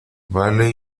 vale